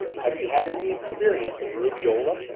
have you had any experience with rubeola?